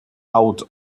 out